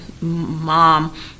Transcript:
mom